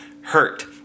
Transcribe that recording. hurt